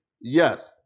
Yes